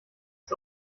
ist